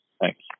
Thanks